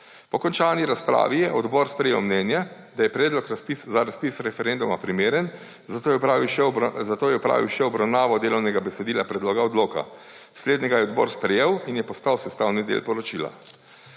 Po končani razpravi je odbor sprejel mnenje, da je predlog za razpis referenduma primeren, zato je opravil še obravnavo delovnega besedila Predloga odloka. Slednjega je odbor sprejel in je postal sestavni del poročila.